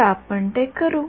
तर आपण ते करू